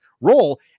role